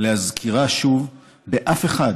להזכירה שוב באף אחד